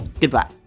Goodbye